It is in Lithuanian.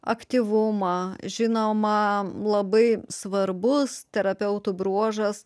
aktyvumą žinoma labai svarbus terapeutų bruožas